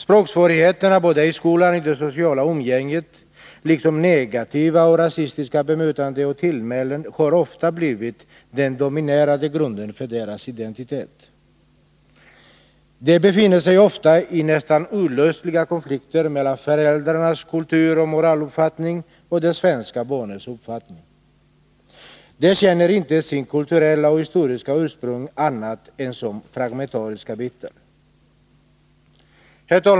Språksvårigheterna både i skolan och i det sociala umgänget, liksom negativa och rasistiska bemötanden och tillmälen, har ofta blivit den dominerande grunden för deras identitet. De befinner sig ofta i nästan olösliga konflikter mellan föräldrarnas kultur och moraluppfattning och de svenska barnens uppfattning. De känner inte sitt kulturella och historiska ursprung annat än som fragmentariska bitar.